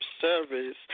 service